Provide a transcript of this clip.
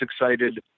excited